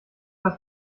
das